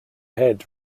head